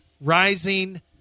Rising